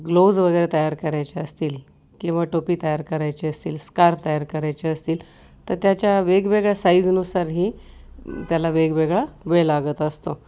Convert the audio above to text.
glows वगैरे तयार करायचे असतील किंवा टोपी तयार करायची असतील स्कार्फ तयार करायचे असतील तर त्याच्या वेगवेगळ्या साईजनुसार ही त्याला वेगवेगळा वेळ लागत असतो